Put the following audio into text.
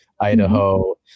Idaho